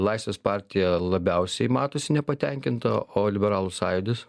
laisvės partija labiausiai matosi nepatenkinta o liberalų sąjūdis